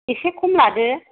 एसे खम लादो